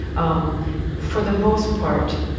um for the most part,